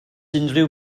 unrhyw